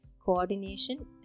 coordination